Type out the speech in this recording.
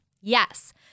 Yes